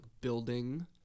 building